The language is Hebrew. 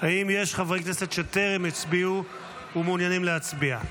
האם יש חברי כנסת שטרם הצביעו ומעוניינים להצביע?